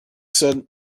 said